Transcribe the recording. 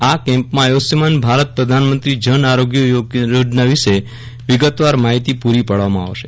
આ કેમ્પમાંઆયુષમાન ભારત પ્રધાનમંત્રી જન આરોગ્ય યોજના વિષે વિગતવાર માહિતી પૂરી પાડવામાં આવશે